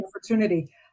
opportunity